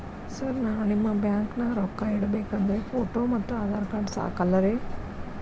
Sir ನಾನು ನಿಮ್ಮ ಬ್ಯಾಂಕನಾಗ ರೊಕ್ಕ ಇಡಬೇಕು ಅಂದ್ರೇ ಫೋಟೋ ಮತ್ತು ಆಧಾರ್ ಕಾರ್ಡ್ ಸಾಕ ಅಲ್ಲರೇ?